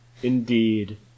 Indeed